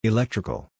Electrical